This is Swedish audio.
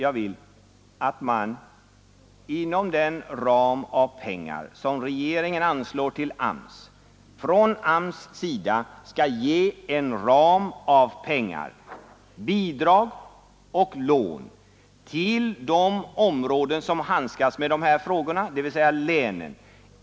Jag vill att inom den ram av pengar som regeringen anslår till AMS skall AMS i sin tur ge en ram av pengar — bidrag och lån — till de områden som handskas med de här frågorna, dvs. länen.